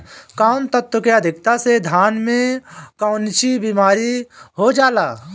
कौन तत्व के अधिकता से धान में कोनची बीमारी हो जाला?